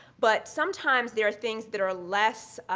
but sometimes there are things that are less